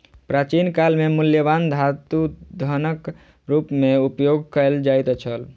प्राचीन काल में मूल्यवान धातु धनक रूप में उपयोग कयल जाइत छल